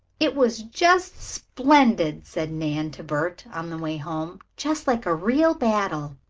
it was just splendid! said nan to bert, on the way home. just like a real battle.